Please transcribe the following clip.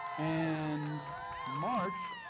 and march,